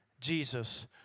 Jesus